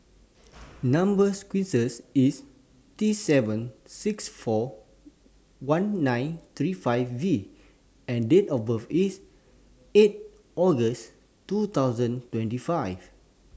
Number sequence IS T seven six four one nine three five V and Date of birth IS eight August two thousand twenty five